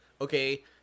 okay